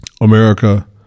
America